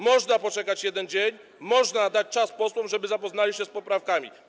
Można poczekać jeden dzień, można dać czas posłom, żeby zapoznali się z poprawkami.